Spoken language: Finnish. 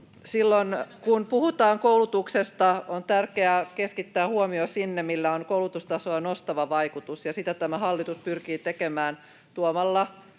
Silloin kun puhutaan koulutuksesta, on tärkeää keskittää huomio sinne, millä on koulutustasoa nostava vaikutus, ja sitä tämä hallitus pyrkii tekemään